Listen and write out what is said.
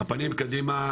הפנים קדימה,